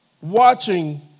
watching